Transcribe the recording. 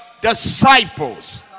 disciples